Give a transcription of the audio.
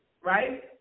right